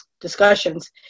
discussions